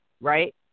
Right